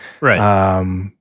Right